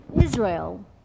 Israel